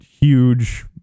huge